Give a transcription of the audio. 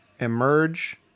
emerge